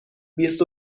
بیست